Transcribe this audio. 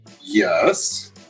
Yes